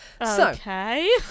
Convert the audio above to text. okay